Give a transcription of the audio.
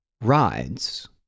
...rides